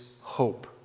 hope